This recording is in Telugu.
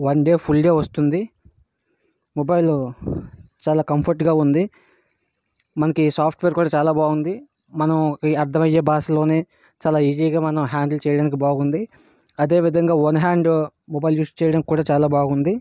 వన్ డే ఫుల్ డే వస్తుంది మొబైల్ చాలా కంఫర్ట్గా ఉంది మనకి సాఫ్ట్ వేర్ కూడా చాలా బాగుంది మనం అర్థమయ్యే భాషలోని చాలా ఈజీగా మనం హ్యాండిల్ చేయడానికి బాగుంది అదే విధంగా వన్ హ్యాండ్ మొబైల్ యూజ్ చేయడం కూడా చాలా బాగుంది